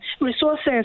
resources